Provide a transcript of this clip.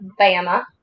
Bama